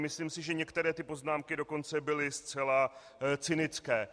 Myslím si, že některé ty poznámky dokonce byly zcela cynické.